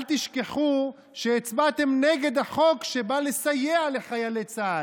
אל תשכחו שהצבעתם נגד החוק שבא לסייע לחיילי צה"ל,